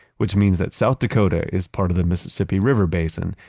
which means that south dakota is part of the mississippi river basin,